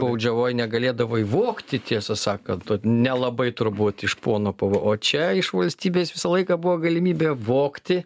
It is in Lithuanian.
baudžiavoj negalėdavai vogti tiesą sakant nelabai turbūt iš pono buvo o čia iš valstybės visą laiką buvo galimybė vogti